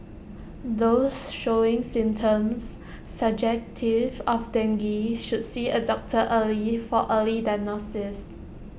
those showing symptoms suggestive of dengue should see A doctor early for early diagnosis